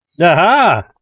Aha